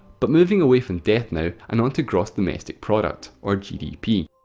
but moving away from death now, and onto gross domestic product, or gdp.